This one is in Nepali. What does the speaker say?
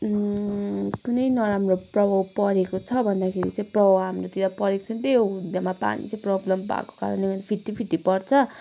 कुनै नराम्रो प्रभाव परेको छ भन्दाखेरि चाहिँ पाउ हाम्रोतिर परेको छ त्यही हो हिउँदमा पानी चाहिँ प्रब्लम भएको कारणले गर्दा फिटिफिटी पर्छ